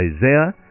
Isaiah